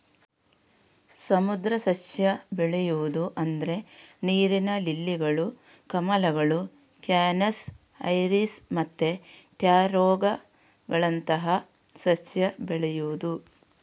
ಸಮುದ್ರ ಸಸ್ಯ ಬೆಳೆಯುದು ಅಂದ್ರೆ ನೀರಿನ ಲಿಲ್ಲಿಗಳು, ಕಮಲಗಳು, ಕ್ಯಾನಸ್, ಐರಿಸ್ ಮತ್ತೆ ಟ್ಯಾರೋಗಳಂತಹ ಸಸ್ಯ ಬೆಳೆಯುದು